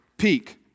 peak